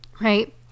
Right